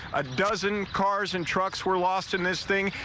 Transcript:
a dozen cars and trucks were lost in this thing,